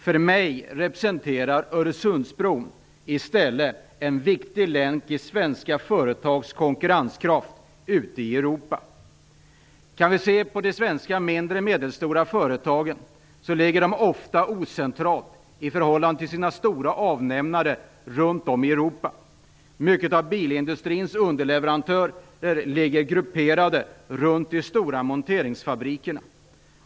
För mig representerar Öresundsbron i stället en viktig länk i svenska företags konkurrenskraft ute i Europa. De svenska små och medelstora företagen ligger ofta ocentralt i förhållande till sina stora avnämare runt om i Europa. Många av bilindustrins underleverantörer ligger grupperade runt de stora monteringsfabrikerna.